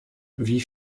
wie